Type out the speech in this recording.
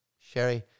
sherry